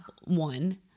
one